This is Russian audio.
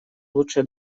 лучшее